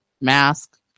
Mask